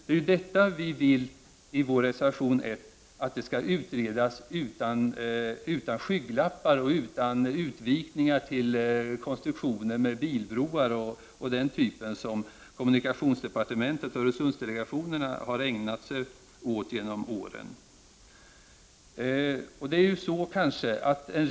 Det är detta som vi i reservation 1 vill skall utredas, utan skygglappar och utan utvikningar till konstruktioner med bilbroar, som kommunikationsdepartementet och Öresundsdelegationen genom åren har ägnat sig åt.